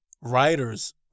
writers